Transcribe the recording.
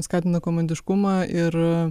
skatina komandiškumą ir